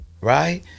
right